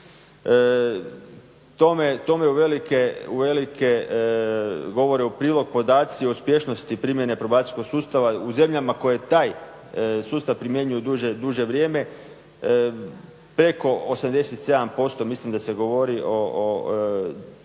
Tome uvelike govore u prilog podaci o uspješnosti primjene probacijskog sustava u zemljama koje taj sustav primjenjuje duže vrijeme. Preko 87% mislim da se govori o